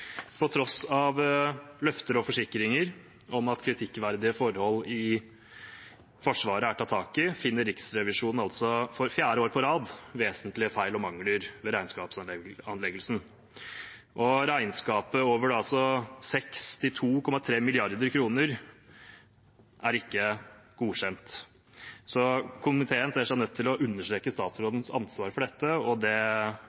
På tross av løfter og forsikringer om at kritikkverdige forhold i Forsvaret er tatt tak i, finner Riksrevisjonen for fjerde år på rad vesentlige feil og mangler ved regnskapsavleggelsen. Regnskapet på over 62,3 mrd. kr er ikke godkjent. Komiteen ser seg nødt til å understreke